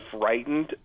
frightened